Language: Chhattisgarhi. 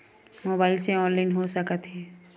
मोबाइल से ऑनलाइन हो सकत हे?